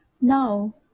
No